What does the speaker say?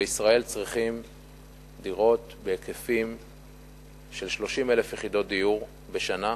בישראל צריכים היקף של 30,000 יחידות דיור בשנה,